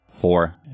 four